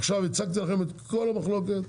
עכשיו הצגתי לכם את כל המחלוקת,